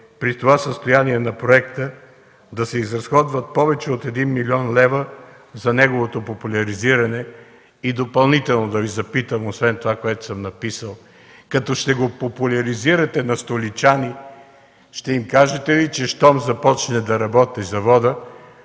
при това състояние на проекта да се изразходват повече от един 1 млн. лв. за неговото популяризиране? Допълнително да Ви попитам освен това, което съм написал: като ще го популяризирате на столичани, ще им кажете ли, че когато започне да работи заводът,